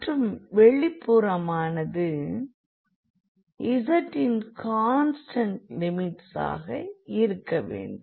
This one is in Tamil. மற்றும் வெளிப்புறமானது z இன் கான்ஸ்டண்ட் லிமிட்ஸாக இருக்க வேண்டும்